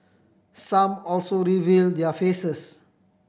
some also reveal their faces